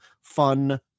fun